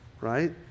right